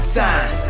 time